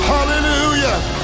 Hallelujah